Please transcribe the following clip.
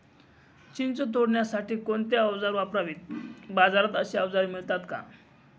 चिंच तोडण्यासाठी कोणती औजारे वापरावीत? बाजारात अशी औजारे मिळतात का?